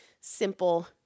simple